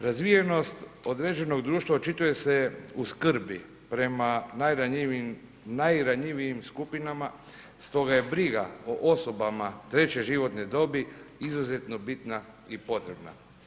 Razvijenost određenog društva očituje se u skrbi prema najranjivijim skupinama, stoga je briga o osobama treće životne dobi izuzetno bitna i potrebna.